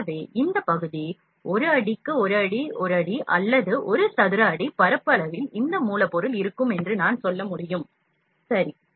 எனவே இந்த பகுதி 1 அடி 1 அடி 1 அடி அல்லது 1 சதுர அடி பரப்பளவில் இந்த மூலப்பொருள் இருக்கும் என்று நான் சொல்ல முடியும் சரி